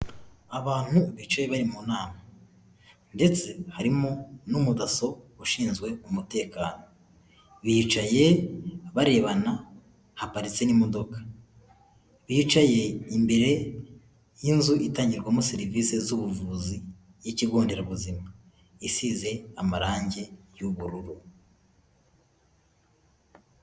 Abantu bicaye bari mu nama ndetse harimo n'umudaso, ushinzwe umutekano. Bicaye barebana, haparitse n'imodoka. Bicaye imbere y'inzu itangirwamo serivisi z'ubuvuzi y'ikigo nderabuzima, isize amarangi y'ubururu.